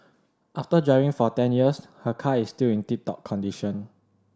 after driving for ten years her car is still in tip top condition